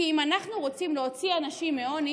כי אם אנחנו רוצים להוציא אנשים מעוני,